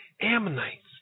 Ammonites